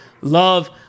love